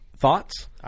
Thoughts